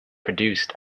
produced